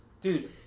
Dude